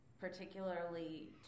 particularly